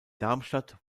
darmstadt